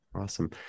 awesome